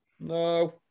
No